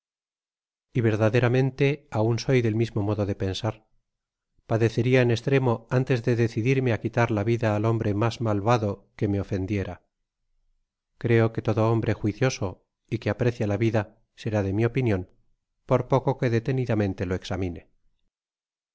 y verdaderamente aun soy del mismo modo de pensar padeceria en estremo antes de decidirme á quitar la vida al hombre mas malvado que me ofendiera creo que todo hombre juicioso y que aprecia la vida será do mi opinion por poco que detenidamente lo examine